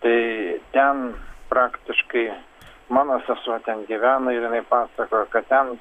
tai ten praktiškai mano sesuo ten gyvena ir jinai pasakojo kad ten